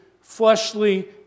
fleshly